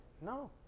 No